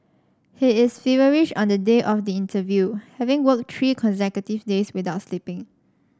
he is feverish on the day of the interview having worked three consecutive days without sleeping